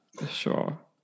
sure